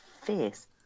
fierce